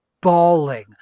bawling